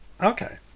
Okay